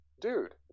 dude